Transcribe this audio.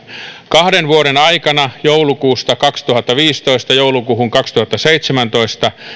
kahden vuoden aikana joulukuusta kaksituhattaviisitoista joulukuuhun kaksituhattaseitsemäntoista